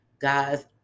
guys